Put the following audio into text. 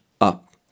up